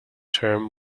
term